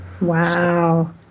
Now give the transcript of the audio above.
Wow